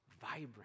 vibrant